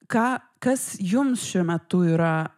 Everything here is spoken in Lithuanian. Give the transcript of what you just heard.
ką kas jums šiuo metu yra